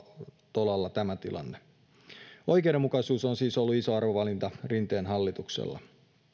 tolalla tämä tilanne oikeudenmukaisuus on siis ollut iso arvovalinta rinteen hallituksella